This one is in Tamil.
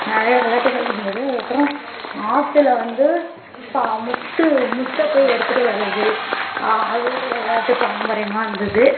நிறையா விளாட்டுகள் இருந்தது அதுக்கப்புறம் ஆற்றுல வந்து ப முத்து முத்தை போய் எடுத்துட்டு வர்றது அது ஒரு விளாட்டு பாரம்பரியமாக இருந்தது